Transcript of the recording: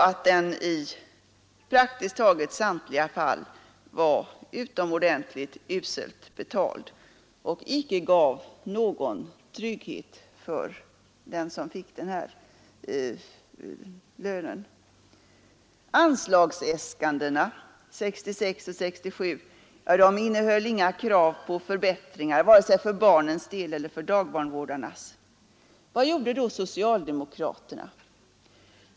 I praktiskt taget samtliga fall var den utomordentligt uselt betald och gav icke någon trygghet för dem som den berörde. Anslagsäskandena under 1966 och 1967 innehöll inga krav på förbättringar vare sig för barnens del eller för dagbarnvårdarnas. Vad gjorde då socialdemokraterna?